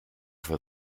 for